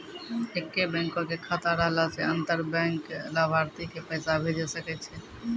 एक्के बैंको के खाता रहला से अंतर बैंक लाभार्थी के पैसा भेजै सकै छै